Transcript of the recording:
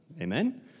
Amen